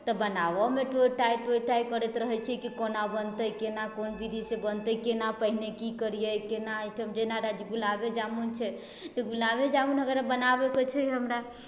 तऽ बनाबऽमे टोय टॉय टोय टॉय करैत रहै छी कि कोना बनतै केना कोन विधि से बनतै केना पहिने की करिऐ केना जेना गुलाबेजामुन छै तऽ गुलाबे जामुन अगर बनाबेके होइ छै हमरा